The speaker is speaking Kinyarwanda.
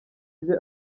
bye